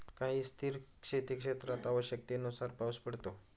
काही स्थिर शेतीक्षेत्रात आवश्यकतेनुसार पाऊस पडतो